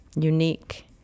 unique